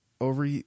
over